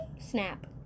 snap